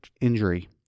injury